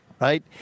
right